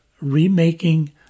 remaking